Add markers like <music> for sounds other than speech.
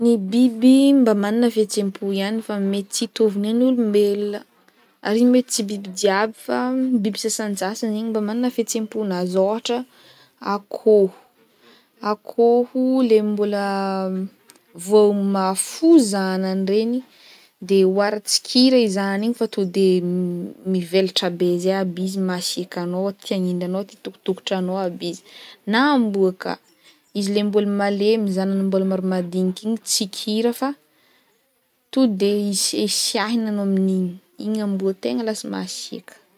Ny biby mba manana fihetsempo ihany fa mety tsy hitovy ny an'olombelona, ary igny mety tsy biby jiaby fa <hesitation> biby sasantsasany igny mba manana fihetsemponazy ôhatra akôho le mbola voa ho mahafo zanagny regny de hoary tsikiry i zanagny igny fa to de <hesitation> m- mivelatra be zay aby izy masiaka anao tia agnindry anao ki tokotokotra anao aby izy, na amboa ka, izy le mbola malemy zanany, mbola maro madiniky igny tsy kira fa to de hisihasiahigny anao amin'iny igny amboa tegna lasa masiaka.